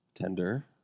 tender